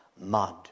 mud